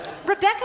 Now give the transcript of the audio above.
Rebecca